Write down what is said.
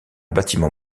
bâtiment